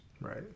Right